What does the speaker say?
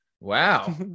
wow